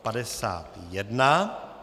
51.